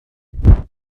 anything